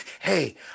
hey